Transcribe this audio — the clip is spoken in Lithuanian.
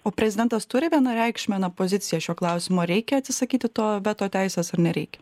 o prezidentas turi vienareikšmę na poziciją šiuo klausimu ar reikia atsisakyti to veto teisės ar nereikia